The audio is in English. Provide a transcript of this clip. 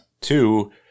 Two